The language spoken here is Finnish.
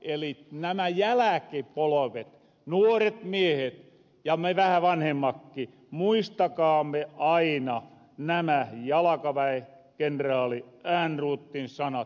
eli nämä jäläkipolvet nuoret miehet ja me vähän vanhemmakki muistakaamme aina nämä jalakaväenkenraali ehrnroothin sanat